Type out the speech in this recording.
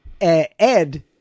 Ed